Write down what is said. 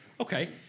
Okay